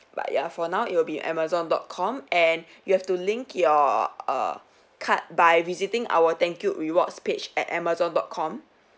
but ya for now it will be amazon dot com and you have to link your err card by visiting our thank you rewards page at amazon dot com